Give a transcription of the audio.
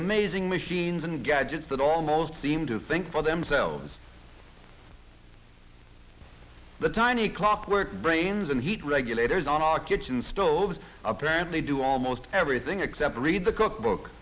amazing machines and gadgets that almost seem to think for themselves the tiny clockwork brains and heat regulators on our kitchen stove apparently do almost everything except read the cookbook